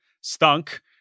stunk